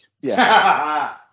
Yes